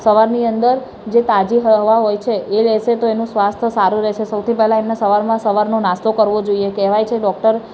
સવારની અંદર જે તાજી હવા હોય છે એ લેશે તો એનો સ્વાસ્થ્ય સારૂં રહેશે સૌથી પહેલાં એમને સવારમાં સવારનો નાસ્તો કરવો જોઈએ કહેવાય છે ડૉક્ટર